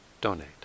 donate